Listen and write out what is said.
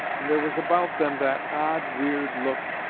and there was about them that odd, weird look,